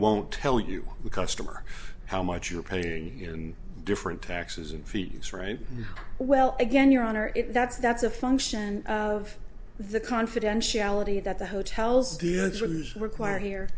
won't tell you the customer how much you're paying in different taxes and fees right well again your honor if that's that's a function of the confidentiality that the hotels require here